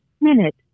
minute